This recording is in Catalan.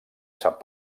sap